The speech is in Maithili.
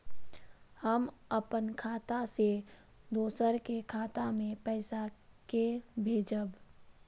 हम अपन खाता से दोसर के खाता मे पैसा के भेजब?